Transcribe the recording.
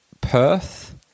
Perth